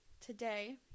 today